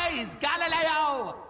rise, galileo!